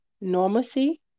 normalcy